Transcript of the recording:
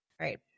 right